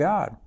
God